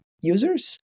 users